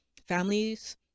families